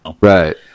right